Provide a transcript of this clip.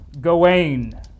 Gawain